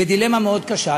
בדילמה מאוד קשה.